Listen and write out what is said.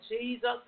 Jesus